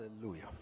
Hallelujah